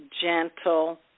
gentle